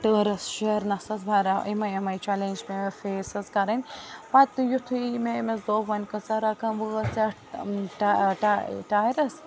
ٹٲرَس شیرنَس حظ واریاہ اِمٔے اِمٔے چیٚلینٛج پیٚے مےٚ فیس حظ کَرٕنۍ پَتہٕ یُتھُے مےٚ أمِس دوٚپ وۄنۍ کۭژاہ رقم وٲژ یتھ ٹایرَس